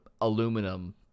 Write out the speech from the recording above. aluminum